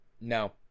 No